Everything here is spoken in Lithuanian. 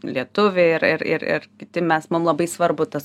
lietuviai ir ir ir ir kiti mes mum labai svarbu tas